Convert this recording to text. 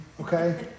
okay